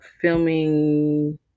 filming